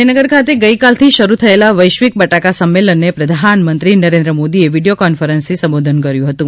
ગાંધીનગર ખાતે ગઇકાલથી શરૂ થયેલા વૈશ્વિક બટાટા સંમેલનને પ્રધાનમંત્રી નરેન્દ્ર મોદી એ વિડિયો કોન્ફરેંસ થી સંબોધન કર્યું હતું